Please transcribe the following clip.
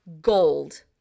gold